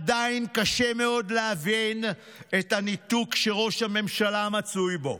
עדיין קשה מאוד להבין את הניתוק שראש הממשלה מצוי בו.